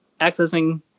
Accessing